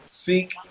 seek